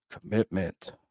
commitment